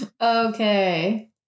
Okay